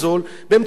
בנייה תקציבית.